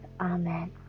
Amen